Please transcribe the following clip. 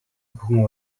бүхэн